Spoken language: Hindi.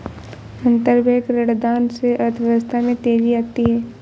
अंतरबैंक ऋणदान से अर्थव्यवस्था में तेजी आती है